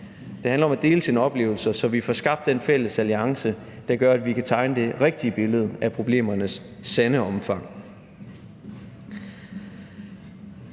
det handler om at dele sin oplevelse, så vi får skabt den fælles alliance, der gør, at vi kan tegne det rigtige billede af problemernes sande omfang.